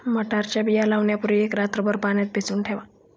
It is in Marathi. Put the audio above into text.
मटारच्या बिया लावण्यापूर्वी एक रात्रभर पाण्यात भिजवून ठेवा